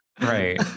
Right